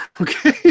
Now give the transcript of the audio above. Okay